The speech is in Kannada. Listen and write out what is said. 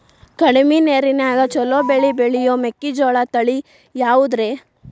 ಕಡಮಿ ನೇರಿನ್ಯಾಗಾ ಛಲೋ ಬೆಳಿ ಬೆಳಿಯೋ ಮೆಕ್ಕಿಜೋಳ ತಳಿ ಯಾವುದ್ರೇ?